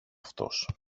αυτός